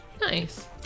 Nice